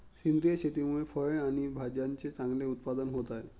सेंद्रिय शेतीमुळे फळे आणि भाज्यांचे चांगले उत्पादन होत आहे